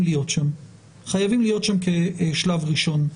להיות שם וחייבים להיות שם כשלב ראשון.